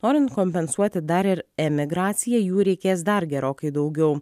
norint kompensuoti dar ir emigraciją jų reikės dar gerokai daugiau